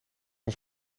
van